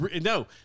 no